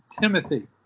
Timothy